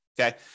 Okay